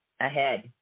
ahead